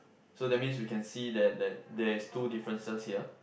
so that means we can see that that there is two differences here